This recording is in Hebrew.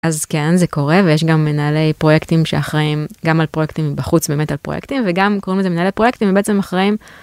אז כן זה קורה ויש גם מנהלי פרויקטים שאחראים גם על פרויקטים בחוץ באמת על פרויקטים וגם קוראים לזה מנהלי פרויקטים בעצם אחראים.